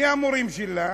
מי המורים שלה?